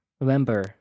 Remember